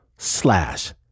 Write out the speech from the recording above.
slash